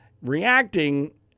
reacting